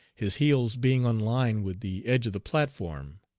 his heels being on line with the edge of the platform.